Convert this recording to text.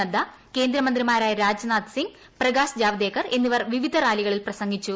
നദ്ദ കേന്ദ്രമന്ത്രിമാരായ രാജ്നാഥ് സിങ് പ്രകാശ് ജാവ്ദേക്കർ എന്നിവർ വിവിധ റാലികളിൽ പ്രസംഗിച്ചു